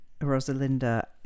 Rosalinda